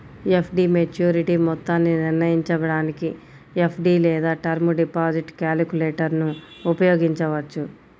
FD maturity మొత్తాన్ని నిర్ణయించడానికి FD లేదా టర్మ్ డిపాజిట్ క్యాలిక్యులేటర్ను ఉపయోగించవచ్చు